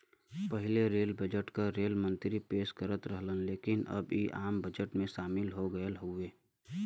पहिले rail budget क rail मंत्री पेश करत रहन लेकिन अब इ आम बजट में शामिल हो गयल हउवे